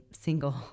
single